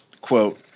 quote